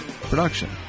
production